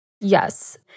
Yes